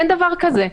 אין דבר כזה.